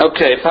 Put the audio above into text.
Okay